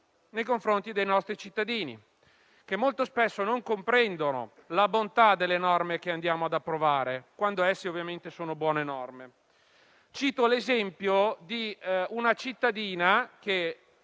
nei confronti dei nostri cittadini, che molto spesso non comprendono la bontà delle norme che andiamo ad approvare, quando esse ovviamente sono buone. Cito l'esempio di una cittadina